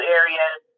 areas